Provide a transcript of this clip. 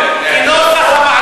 כנוסח הוועדה,